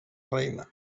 reina